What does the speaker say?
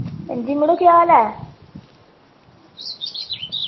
हां जी मड़ो केह् हाल ऐ